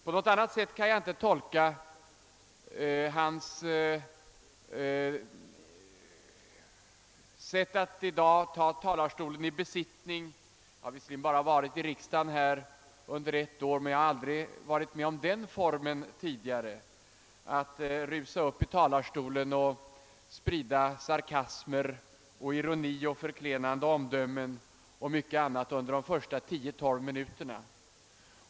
På något annat vis kan jag inte tolka hans sätt att i dag ta talarstolen i besittning. Jag har visserligen bara varit här i riksdagen under ett år, men jag har aldrig tidigare varit med om denna form för debatt — att först av alla rusa upp i talarstolen och sprida sarkasmer, ironi, förklenande omdömen och mycket annat under de första 10—12 minuterna av ett inlägg.